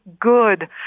good